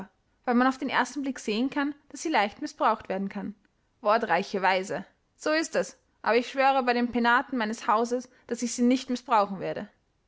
weil man auf den ersten blick sehen kann daß sie leicht mißbraucht werden kann wortreiche weise so ist es aber ich schwöre bei den penaten meines hauses daß ich sie nicht mißbrauchen werde